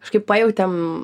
kažkaip pajautėm